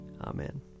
Amen